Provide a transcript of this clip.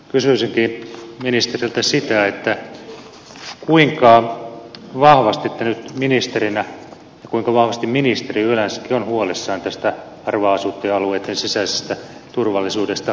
kysyisinkin ministeriltä sitä kuinka vahvasti te nyt ministerinä ja kuinka vahvasti ministeriö yleensäkin on huolissaan tästä harvaan asuttujen alueitten sisäisestä turvallisuudesta